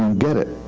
get it.